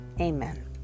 amen